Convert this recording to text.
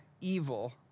evil